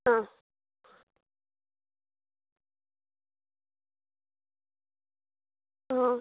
ಹಾಂ ಹಾಂ